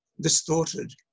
distorted